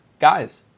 Guys